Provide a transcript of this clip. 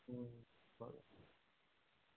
बरें